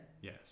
Yes